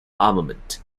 armament